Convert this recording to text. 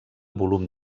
volum